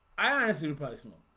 i? honestly personal,